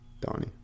Donnie